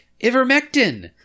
ivermectin